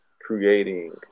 creating